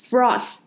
Frost